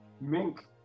Mink